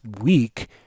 week